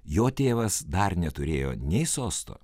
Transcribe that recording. jo tėvas dar neturėjo nei sosto